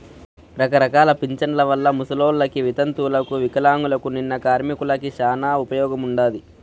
రకరకాల పింఛన్ల వల్ల ముసలోళ్ళకి, వితంతువులకు వికలాంగులకు, నిన్న కార్మికులకి శానా ఉపయోగముండాది